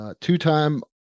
Two-time